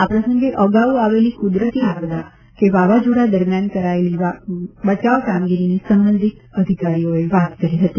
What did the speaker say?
આ પ્રસંગે અગાઉ આવેલી કુદરતી આપદા કે વાવાઝોડા દરમિયાન કરાયેલી બચાવ કામગીરીની સંબંધિત અધિકારીઓએ વાત કરી હતી